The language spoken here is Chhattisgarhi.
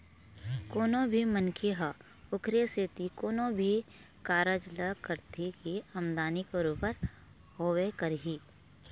कोनो भी मनखे ह ओखरे सेती कोनो भी कारज ल करथे के आमदानी बरोबर होवय कहिके